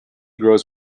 grows